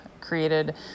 created